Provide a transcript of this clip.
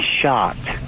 shocked